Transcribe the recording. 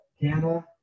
Canada